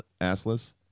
assless